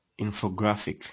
infographic